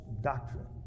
doctrine